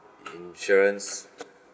insurance